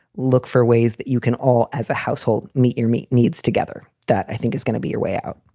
look for ways that you can all as a household, meet your meat needs together. that, i think is going to be your way out.